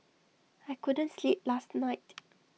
I couldn't sleep last night